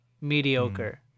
mediocre